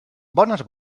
bones